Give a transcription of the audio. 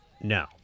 No